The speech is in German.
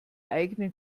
eigenen